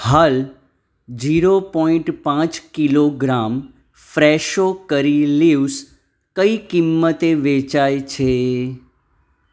હાલ zero point પાંચ kilogram Fresho curry leaves કઈ કિંમતે વેચાય છે